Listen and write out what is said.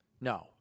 No